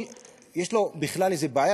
יש לו בכלל איזו בעיה,